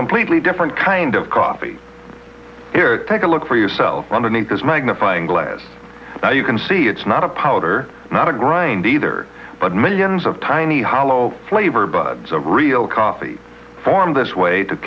completely different kind of coffee here take a look for yourself underneath this magnifying glass now you can see it's not a powder not a grind either but millions of tiny hollow flavor buds of real coffee formed this way to